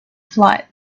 flight